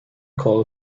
call